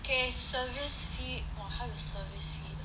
okay service fee orh 还有 service fee